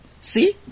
See